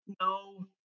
No